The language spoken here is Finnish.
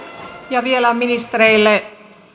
ja vielä ministerit